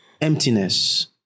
emptiness